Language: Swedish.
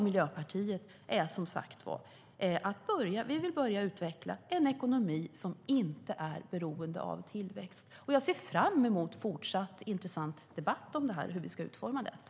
Miljöpartiet vill som sagt börja utveckla en ekonomi som inte är beroende av tillväxt. Jag ser fram emot en fortsatt intressant debatt om detta och hur vi ska utforma det.